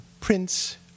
Prince